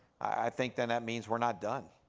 i think then that means we're not done.